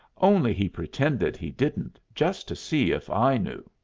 only he pretended he didn't, just to see if i knew.